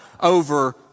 over